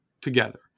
together